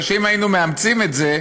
משום שאם היינו מאמצים את זה,